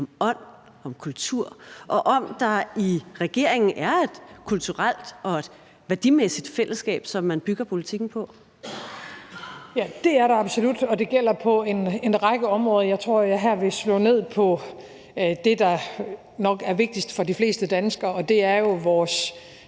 om ånd, om kultur og om, om der i regeringen er et kulturelt og værdimæssigt fællesskab, som man bygger politikken på. Kl. 13:37 Mette Frederiksen (S): Ja, det er der absolut, og det gælder på en række områder. Jeg tror, jeg her vil slå ned på det, der nok er vigtigst for de fleste danskere, og det er jo ikke